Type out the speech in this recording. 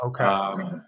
Okay